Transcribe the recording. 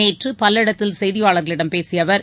நேற்று பல்லடத்தில் செய்தியாளர்களிடம் பேசிய அவர்